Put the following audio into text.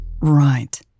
Right